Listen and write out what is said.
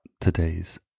today's